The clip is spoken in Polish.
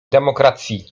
demokracji